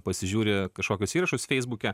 pasižiūri kažkokius įrašus feisbuke